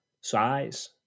size